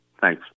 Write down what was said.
Thanks